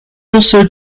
also